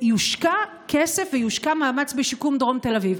ויושקע כסף, יושקע מאמץ בשיקום דרום תל אביב.